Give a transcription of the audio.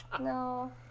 No